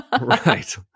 Right